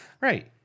Right